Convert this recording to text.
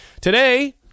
Today